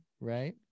right